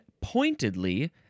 pointedly